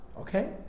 Okay